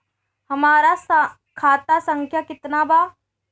हमरा खाता संख्या केतना बा?